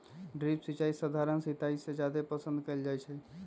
drip सिंचाई सधारण सिंचाई से जादे पसंद कएल जाई छई